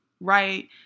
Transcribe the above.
right